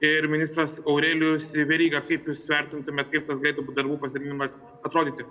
ir ministras aurelijus veryga kaip jūs vertintumėt kaip tas galėtų darbų pasidalinimas atrodyti